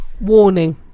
Warning